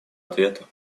ответа